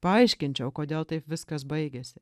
paaiškinčiau kodėl taip viskas baigėsi